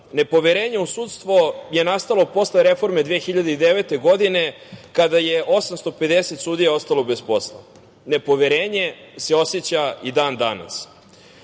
Nepoverenje u sudstvo je nastalo posle reforme 2009. godine kada je 850 sudija ostalo bez posla. Nepoverenje se oseća i dan danas. Dakle,